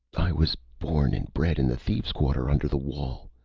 i was born and bred in the thieves' quarter under the wall.